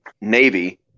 Navy